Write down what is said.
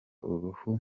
uruhu